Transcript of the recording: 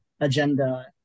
agenda